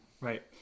Right